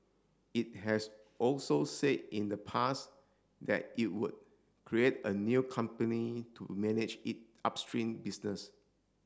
it has also said in the past that it would create a new company to manage it upstream business